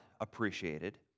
appreciated